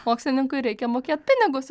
mokslininkui reikia mokėt pinigus